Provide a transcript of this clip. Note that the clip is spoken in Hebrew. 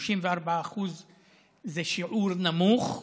34% זה שיעור נמוך,